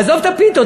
עזוב את הפיתות.